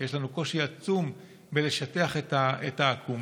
שיש לנו קושי עצום בלשטח את העקומה,